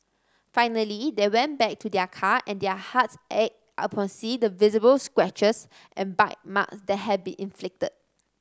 finally they went back to their car and their hearts ached upon seeing the visible scratches and bite mark that had been inflicted